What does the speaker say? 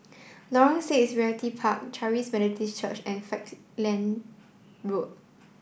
Lorong six Realty Park Charis Methodist Church and Falkland Road